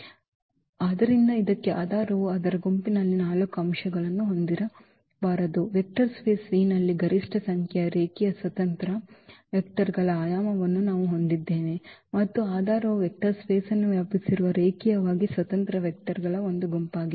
3 ಆದ್ದರಿಂದ ಇದಕ್ಕೆ ಆಧಾರವು ಅದರ ಗುಂಪಿನಲ್ಲಿ 4 ಅಂಶಗಳನ್ನು ಹೊಂದಿರಬಾರದು ವೆಕ್ಟರ್ ಸ್ಪೇಸ್ V ನಲ್ಲಿ ಗರಿಷ್ಠ ಸಂಖ್ಯೆಯ ರೇಖೀಯ ಸ್ವತಂತ್ರ ವೆಕ್ಟರ್ ಗಳ ಆಯಾಮವನ್ನು ನಾವು ಹೊಂದಿದ್ದೇವೆ ಮತ್ತು ಆಧಾರವು ವೆಕ್ಟರ್ ಸ್ಪೇಸ್ ವನ್ನು ವ್ಯಾಪಿಸಿರುವ ರೇಖೀಯವಾಗಿ ಸ್ವತಂತ್ರ ವೆಕ್ಟರ್ ಗಳ ಒಂದು ಗುಂಪಾಗಿದೆ